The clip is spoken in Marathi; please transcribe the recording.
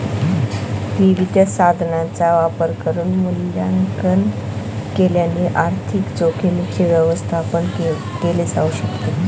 विविध साधनांचा वापर करून मूल्यांकन केल्याने आर्थिक जोखीमींच व्यवस्थापन केल जाऊ शकत